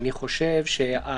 זה בהחלט ייכנס בחריגים שהממשלה תקבע